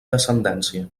descendència